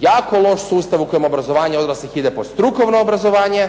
jako loš sustav u kojem obrazovanje odraslih ide po strukovno obrazovanje